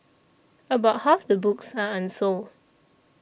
about half the books are unsold